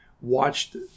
watched